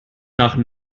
nach